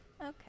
Okay